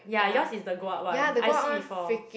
yeah yours is the go up one I see before